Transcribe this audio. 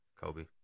Kobe